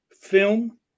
film